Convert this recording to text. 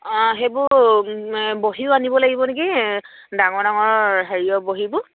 অঁ সেইবোৰ বহীও আনিব লাগিব নেকি ডাঙৰ ডাঙৰ হেৰিয়ৰ বহীবোৰ